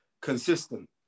consistent